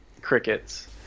crickets